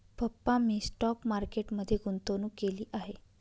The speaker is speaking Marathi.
पप्पा मी स्टॉक मार्केट मध्ये गुंतवणूक केली आहे